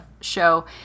show